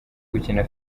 gukina